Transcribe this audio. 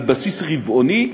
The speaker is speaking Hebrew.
על בסיס רבעוני,